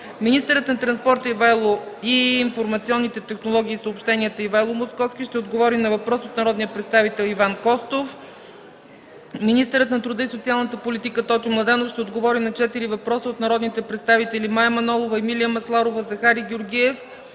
Министърът на транспорта, информационните технологии и съобщенията Ивайло Московски ще отговори на въпрос от народния представител Иван Костов. 5. Министърът на труда и социалната политика Тотю Младенов ще отговори на четири въпроса от народните представители Мая Манолова, Емилия Масларова, Захари Георгиев